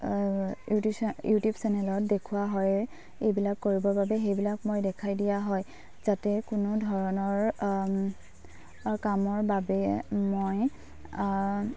YouTube চেনেলত দেখুওৱা হয় এইবিলাক কৰিবৰ বাবে সেইবিলাক মই দেখাই দিয়া হয় যাতে কোনো ধৰণৰ কামৰ বাবে মই